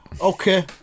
Okay